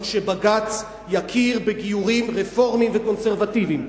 שבג"ץ יכיר בגיורים רפורמיים וקונסרבטיביים,